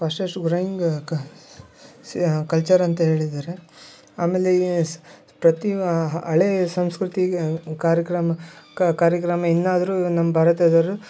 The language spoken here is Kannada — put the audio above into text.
ಫಾಶ್ಟೆಶ್ಟ್ ಗ್ರೋಯಿಂಗ್ ಕ ಕಲ್ಚರ್ ಅಂತ ಹೇಳಿದ್ದಾರೆ ಆಮೇಲೆ ಈ ಸ್ ಪ್ರತಿ ಹಳೆ ಸಂಸ್ಕೃತಿಕ ಕಾರ್ಯಕ್ರಮ ಕಾರ್ಯಕ್ರಮ ಇನ್ನಾದರೂ ನಮ್ಮ ಭಾರತದವರು